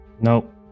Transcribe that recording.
nope